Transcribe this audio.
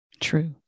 True